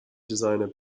designer